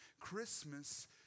Christmas